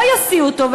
לא יסיעו אותו.